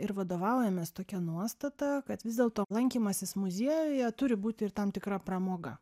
ir vadovaujamės tokia nuostata kad vis dėlto lankymasis muziejuje turi būti ir tam tikra pramoga